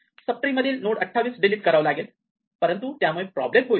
sub tree मधील node 28 delete करावा लागेल परंतु त्यामुळे प्रॉब्लेम होईल